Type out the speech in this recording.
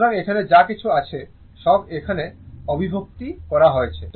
সুতরাং এখানে যা কিছু আছে সব এখানে অভিব্যক্তি করা হয়েছে